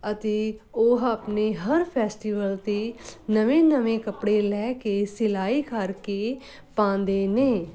ਅਤੇ ਉਹ ਆਪਣੇ ਹਰ ਫੈਸਟੀਵਲ 'ਤੇ ਨਵੇਂ ਨਵੇਂ ਕੱਪੜੇ ਲੈ ਕੇ ਸਿਲਾਈ ਕਰਕੇ ਪਾਉਂਦੇ ਨੇ